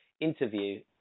interview